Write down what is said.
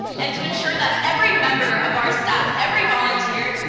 and to ensure that every member of our staff, every volunteer,